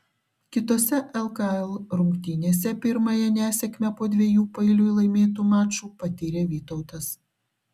kitose lkl rungtynėse pirmąją nesėkmę po dviejų paeiliui laimėtų mačų patyrė vytautas